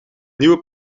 nieuwe